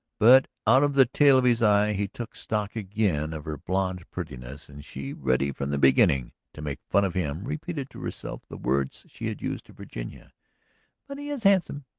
but out of the tail of his eye he took stock again of her blonde prettiness, and she, ready from the beginning to make fun of him, repeated to herself the words she had used to virginia but he is handsome.